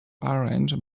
arrange